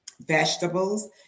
vegetables